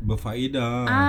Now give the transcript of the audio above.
berfaedah ah